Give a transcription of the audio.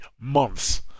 months